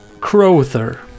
Crowther